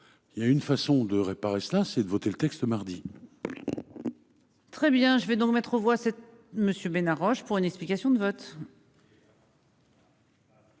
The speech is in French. Il y a une façon de réparer cela c'est de voter le texte mardi. Très bien je vais donc mettre aux voix c'est monsieur Ménard Roche pour une explication de vote.